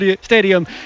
Stadium